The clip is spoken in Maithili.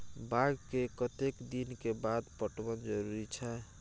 बाग के कतेक दिन के बाद पटवन जरूरी छै?